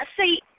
see